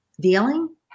dealing